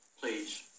please